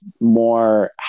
more